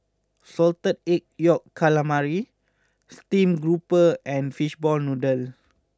Salted Egg Yolk Calamari Steamed Grouper and Fishball Noodle